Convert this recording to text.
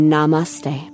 Namaste